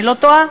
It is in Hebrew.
אני לא טועה?